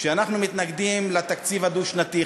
שאנחנו מתנגדים לתקציב הדו-שנתי,